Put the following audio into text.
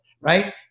Right